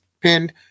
pinned